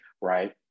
right